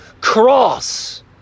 cross